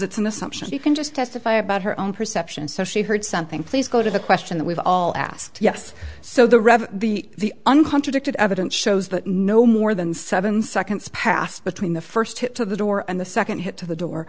it's an assumption she can just testify about her own perception so she heard something please go to the question that we've all asked yes so the read the un contradicted evidence shows that no more than seven seconds passed between the first hit to the door and the second hit to the door